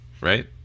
right